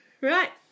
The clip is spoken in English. right